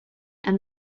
and